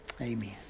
amen